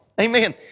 Amen